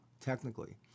technically